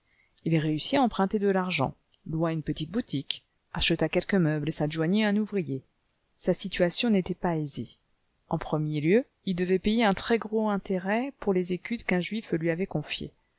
il réussit à emprunter de l'argent loua une petite boutique acheta quelques meubles et s'adjoignit un ouvrier sa situation n'était pas aisée eu premier lieu il devait payer un très-gros intérêt pour les écus qu'un juif lui avait confiés